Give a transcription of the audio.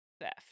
Theft